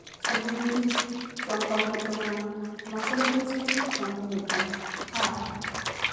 ᱥᱩᱱᱩᱢ ᱡᱤᱱᱤᱥ ᱡᱚᱢ ᱠᱚᱢ ᱦᱩᱭᱩᱜ ᱛᱟᱵᱚᱱᱟ ᱢᱚᱥᱞᱟ ᱡᱤᱱᱤᱥ ᱠᱚ ᱡᱚᱢ ᱠᱚᱢ ᱦᱩᱭᱩᱜ ᱛᱟᱵᱚᱱᱟ ᱟᱨ